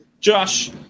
Josh